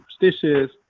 superstitious